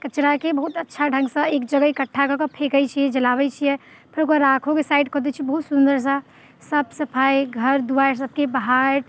कचराके बहुत अच्छा ढङ्गसँ एक जगह इकट्ठा कऽ के फेकैत छियै जलाबैत छियै फेर ओकरा राखोके साइड कऽ दै छियै बहुत सुंदरसँ सबसँ सफाइ घर दुआरि सबके बहारि